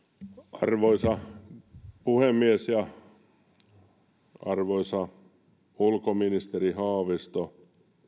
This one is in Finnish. arvoisa puhemies arvoisa ulkoministeri haavisto